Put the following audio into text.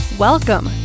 Welcome